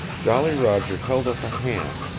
jolly roger held up a hand,